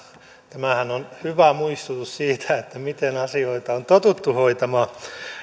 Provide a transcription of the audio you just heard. tämähän on hyvä muistutus siitä miten asioita on totuttu hoitamaan